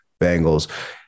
Bengals